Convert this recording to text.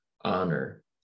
honor